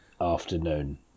afternoon